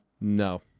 No